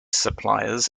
suppliers